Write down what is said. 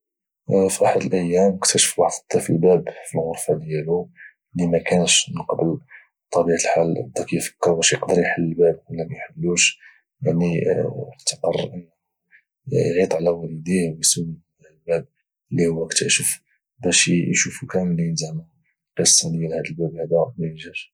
في احد الأيام كتاشف واحد الطفل باب في الغرفة ديالو اللي مكانش من قبل بطبيعة الحال بدا كيفكر واش اقدر احل الباب ولى ميحلوش يعني حتى قرر انه يعيك على والديه ويسولهم على الباب اللي هو كتاشف باش اشاوفو كاملين زعما القصة ديال هاد الباب هذا منين جات